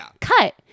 cut